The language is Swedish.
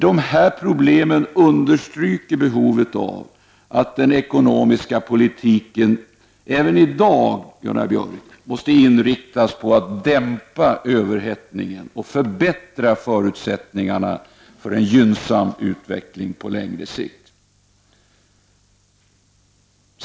Dessa problem understryker behovet av att den ekonomiska politiken även i dag inriktas på att dämpa överhettningen och förbättra förutsättningarna för en gynnsam utveckling på längre sikt.